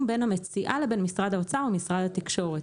בין המציעה לבין משרד האוצר ומשרד התקשורת.